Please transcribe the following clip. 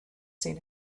seen